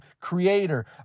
creator